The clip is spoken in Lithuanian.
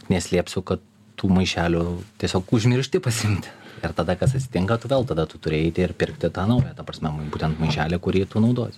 neslėpsiu kad tų maišelių tiesiog užmiršti pasiimti ir tada kas atsitinka tu vėl tada tu turi eiti ir pirkti tą naują ta prasme būtent maišelį kurį tu naudosi